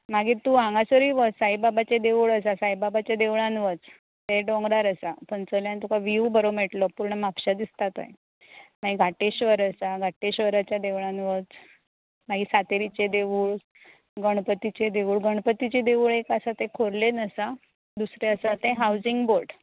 मागीर तूं हांगासरूय वच साईबाबाचें देवूळ आसा साईबाबाच्या देवळांत वच हें दोंगरार आसा थंयच्यान तुका वीव बरो मेळटलो थंयच्यान फुल म्हापशा दिसता थंय मागीर घाठेश्वर आसा घाठेश्वराच्या देवळांत वच मागीर सातेरीचें देवूळ गणपतीचें देवूळ गणपतीचें देवूळ एक आसा तें खोर्लेन आसा दुसरें आसा तें हावजिंग बोर्ड